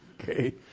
Okay